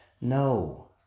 No